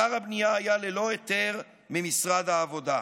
אתר הבנייה היה ללא היתר ממשרד העבודה.